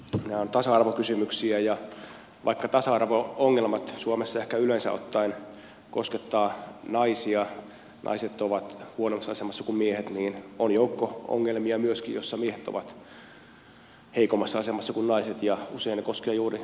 nämä ovat tasa arvokysymyksiä ja vaikka tasa arvo ongelmat suomessa ehkä yleensä ottaen koskettavat naisia naiset ovat huonommassa asemassa kuin miehet niin on myöskin joukko ongelmia joissa miehet ovat heikommassa asemassa kuin naiset ja usein ne koskevat juuri erilaisia huoltajuuskiistoja